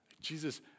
Jesus